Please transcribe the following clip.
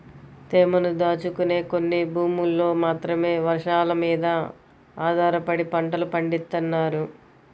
తేమను దాచుకునే కొన్ని భూముల్లో మాత్రమే వర్షాలమీద ఆధారపడి పంటలు పండిత్తన్నారు